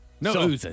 No